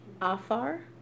Afar